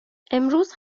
امروز